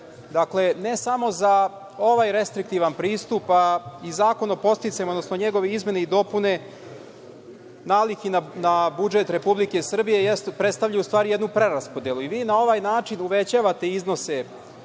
Dakle, ne samo za ovaj restriktivan pristup, a i Zakon o podsticajima, odnosno njegove izmene i dopune, nalik i na budžet Republike Srbije predstavljaju jednu preraspodelu i na ovaj način uvećavate iznose